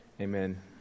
Amen